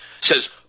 says